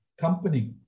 company